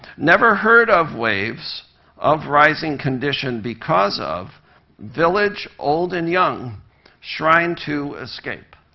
never heard of waves of rising condition because of village old and young trying to escape.